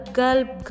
gulp